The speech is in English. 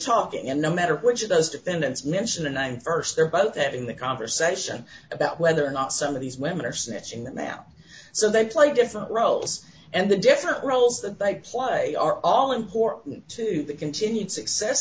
talking and no matter which of those defendants mention the name st they're both having the conversation about whether or not some of these women are snitching them out so they play different roles and the definite roles that they play are all important to the continued success